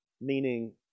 meaning